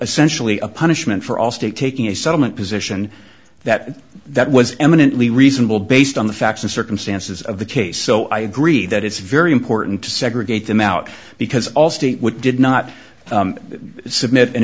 essentially a punishment for allstate taking a settlement position that that was eminently reasonable based on the facts and circumstances of the case so i agree that it's very important to segregate them out because allstate would did not submit